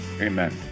Amen